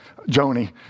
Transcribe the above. Joni